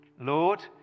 Lord